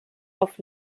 auf